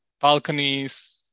balconies